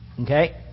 Okay